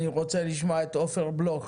אני רוצה לשמוע את עופר בלוך,